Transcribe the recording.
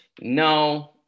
No